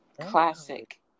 Classic